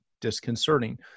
disconcerting